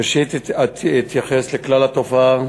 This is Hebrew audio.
ראשית אתייחס לכלל התופעה